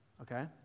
okay